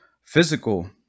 physical